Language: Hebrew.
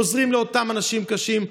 עוזרים לאותם אנשים עם קשיים.